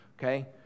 Okay